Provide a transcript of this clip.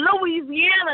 Louisiana